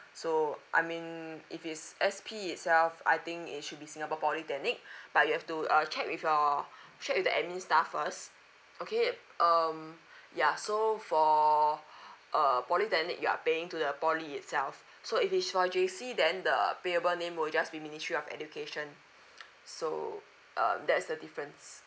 so I mean if it's S_P itself I think it should be singapore polytechnic but you have to uh check with your check with the admin staff first okay um yeah so for err polytechnic you are paying to the poly itself so if it's for J_C then the err payable name will just be ministry of education so um that's the difference